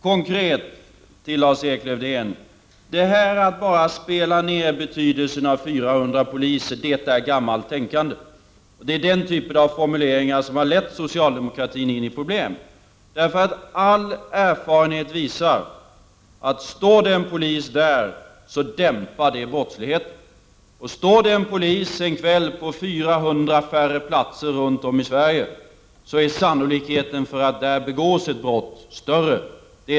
Konkret till Lars-Erik Lövdén: Att bara spela ner betydelsen av 400 poliser är gammalt tänkande. Den typen av formuleringar har lett socialdemokratin in i problem. All erfarenhet visar nämligen att står det en polis där, dämpar det brottsligheten. Står det en kväll 400 färre poliser på platser runt om i Sverige, är sannolikheten för att där begås ett brott större.